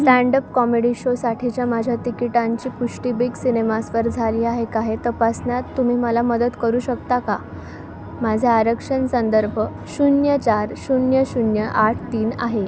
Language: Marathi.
स्टँडअप कॉमेडि शोसाठीच्या माझ्या तिकिटांची पुष्टी बिग सिनेमासवर झाली आहे का हे तपासण्यात तुम्ही मला मदत करू शकता का माझे आरक्षण संदर्भ शून्य चार शून्य शून्य आठ तीन आहे